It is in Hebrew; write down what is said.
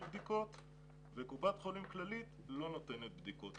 בדיקות וקופת חולים כללית לא נותנת בדיקות.